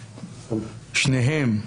שניהם,